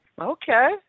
okay